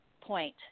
point